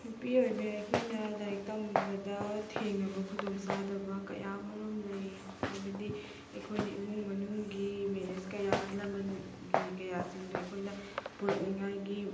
ꯅꯨꯄꯤ ꯑꯣꯏꯕꯤ ꯑꯩꯈꯣꯏꯅ ꯂꯥꯏꯔꯤꯛ ꯇꯝꯕꯗ ꯊꯦꯡꯅꯕ ꯈꯨꯗꯣꯡ ꯆꯥꯗꯕ ꯀꯌꯥꯃꯔꯨꯝ ꯂꯩ ꯍꯥꯏꯕꯗꯤ ꯑꯩꯈꯣꯏꯅ ꯏꯃꯨꯡ ꯃꯅꯨꯡꯒꯤ ꯃꯦꯅꯦꯁ ꯀꯌꯥ ꯑꯍꯜ ꯂꯃꯟꯒꯤ ꯀꯌꯥꯁꯤꯡꯗꯨ ꯑꯩꯈꯣꯏꯅ ꯄꯨꯔꯛꯅꯤꯡꯉꯥꯏꯒꯤ